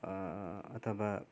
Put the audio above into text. अथवा